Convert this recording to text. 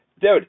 dude